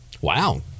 wow